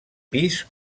pis